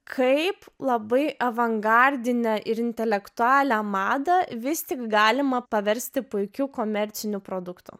kaip labai avangardinę ir intelektualią madą vis tik galima paversti puikiu komerciniu produktu